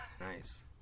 Nice